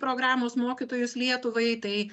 programos mokytojus lietuvai tai